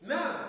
Now